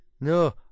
No